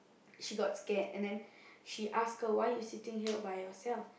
she got scared and then she ask her why you sitting here by yourself